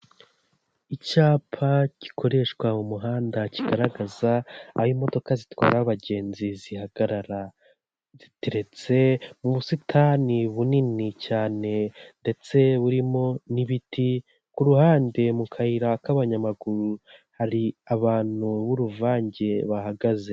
Icyapa gikoreshwa mu muhanda kigaragaza aho imodoka zitwara abagenzi zihagarara, giteretse mu busitani bunini cyane ndetse burimo n'ibiti, ku ruhande mu kayira k'abanyamaguru hari abantu b'uruvange bahagaze.